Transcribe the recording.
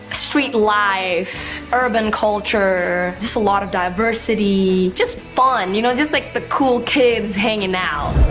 street life, urban culture. just a lot of diversity. just fun, you know? just like the cool kids hanging out.